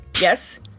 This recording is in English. Yes